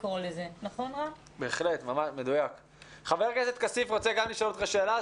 חבר הכנסת כסיף רוצה גם לשאול אותך שאלה,